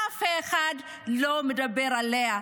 אף אחד לא מדבר עליה.